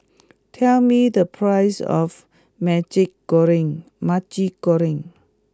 tell me the price of Maggi Goreng Maggi Goreng